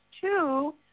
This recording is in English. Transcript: two